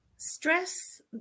Stress